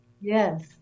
Yes